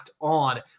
On